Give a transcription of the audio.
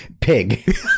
Pig